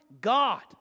God